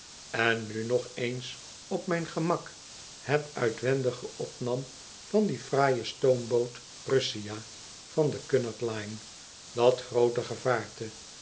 en nu nog eens op mijn gemak het uitwendige opnam van die fraaie stoomboot russia van de cunard line dat groote gevaarte